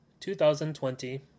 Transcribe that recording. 2020